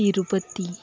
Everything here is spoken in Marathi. तिरुपती